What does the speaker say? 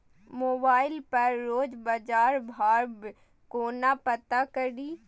Mobile पर रोज बजार भाव कोना पता करि?